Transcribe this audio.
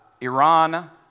iran